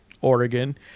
Oregon